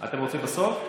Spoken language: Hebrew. רוצים בסוף?